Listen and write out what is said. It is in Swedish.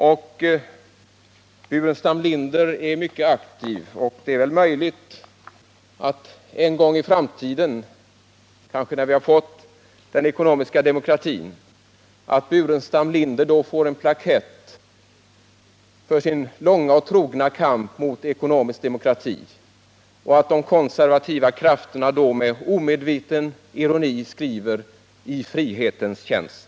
Staffan Burenstam Linder är mycket aktiv, och det är väl möjligt att han en gång i framtiden — kanske när vi fått ekonomisk demokrati — får en plakett för sin långa och trogna kamp mot ekonomisk demokrati och att de konservativa krafterna då med omedveten ironi skriver: ”I frihetens tjänst”.